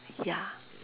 ya